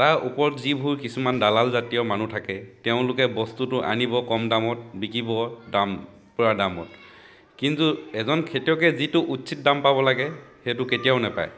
তাৰ ওপৰত যিবোৰ কিছুমান দালাল জাতীয় মানুহ থাকে তেওঁলোকে বস্তুটো আনিব কম দামত বিকিব দাম পূৰা দামত কিন্তু এজন খেতিয়কে যিটো উচিত দাম পাব লাগে সেইটো কেতিয়াও নাপায়